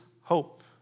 hope